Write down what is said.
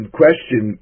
question